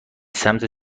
سمت